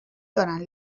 دارن